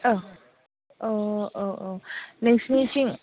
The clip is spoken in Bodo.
औ औ औ औ नोंसोरनिथिं